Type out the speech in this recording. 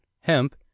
hemp